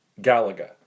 Galaga